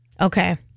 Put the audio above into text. Okay